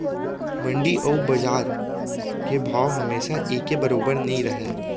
मंडी अउ बजार के भाव हमेसा एके बरोबर नइ रहय